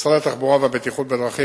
1 2. משרד התחבורה והבטיחות בדרכים